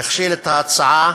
הכשיל את ההצעה,